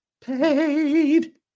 paid